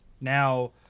Now